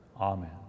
Amen